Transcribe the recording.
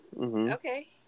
Okay